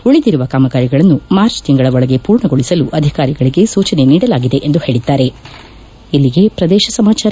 ಉಳಿದಿರುವ ಕಾಮಗಾರಿಗಳನ್ನು ಮಾರ್ಜ್ ತಿಂಗಳ ಒಳಗೆ ಪೂರ್ಣಗೊಳಿಸಲು ಅಧಿಕಾರಿಗಳಿಗೆ ಸೂಜನೆ ನೀಡಲಾಗಿದೆ ಎಂದು ಪೇಳದ್ದಾರೆ